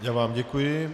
Já vám děkuji.